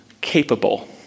capable